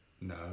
No